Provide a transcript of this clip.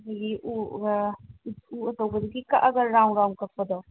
ꯑꯗꯒꯤ ꯎꯒ ꯎ ꯑꯆꯧꯕꯗꯒꯤ ꯀꯛꯑꯒ ꯔꯥꯎꯟ ꯔꯥꯎꯟ ꯀꯛꯄꯗꯣ